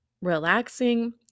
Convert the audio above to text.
relaxing